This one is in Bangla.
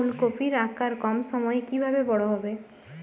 ফুলকপির আকার কম সময়ে কিভাবে বড় হবে?